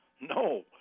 no